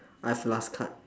I have last card